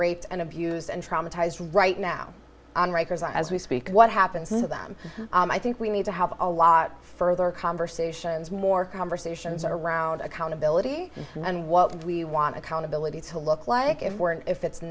raped and abused and traumatize right now on rikers as we speak what happens to them i think we need to have a lot further conversations more conversations around accountability and what do we want accountability to look busy like if we're and if it's